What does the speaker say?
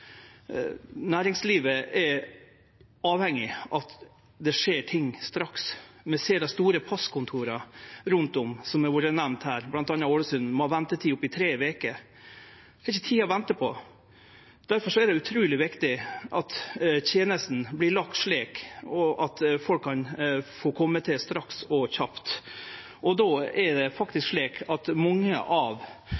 Næringslivet er avhengig av at det skjer ting straks. Vi ser dei store passkontora rundt om som har vore nemnde her, bl.a. Ålesund – dei har ventetid på opptil tre veker. Det er ikkje tid til å vente på det, difor er det utruleg viktig at tenesta vert lagd slik at folk kan få kome til straks og kjapt. Det er